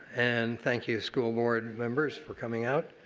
and thank you school board members for coming out.